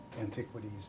antiquities